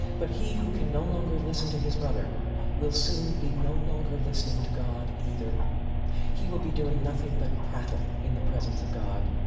but he who can no longer listen to his brother will soon be no longer listening to god either he will be doing nothing but prattle in the presence of god.